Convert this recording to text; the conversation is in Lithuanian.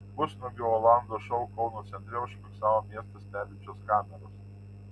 pusnuogio olando šou kauno centre užfiksavo miestą stebinčios kameros